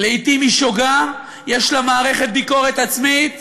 לעתים היא שוגה, יש לה מערכת ביקורת עצמית